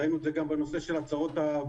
ראינו את זה גם בנושא של הצהרות הבריאות.